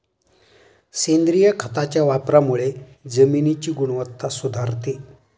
सेंद्रिय खताच्या वापरामुळे जमिनीची गुणवत्ता सुधारते